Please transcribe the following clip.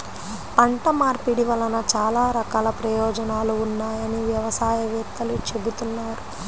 పంట మార్పిడి వలన చాలా రకాల ప్రయోజనాలు ఉన్నాయని వ్యవసాయ వేత్తలు చెబుతున్నారు